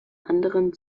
anderen